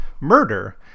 murder